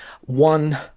one